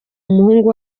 umuhungu